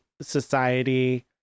society